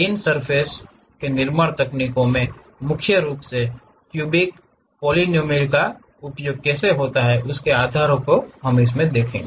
इन सभी सर्फ़ेस निर्माण तकनीकों में हम मुख्य रूप से क्यूबिक पोलिनोमियल का उपयोग आधार कार्यों के रूप में करते हैं